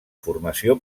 formació